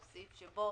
הוא סעיף שבו